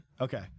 Okay